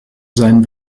seinen